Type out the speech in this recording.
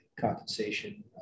compensation